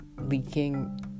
leaking